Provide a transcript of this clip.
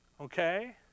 okay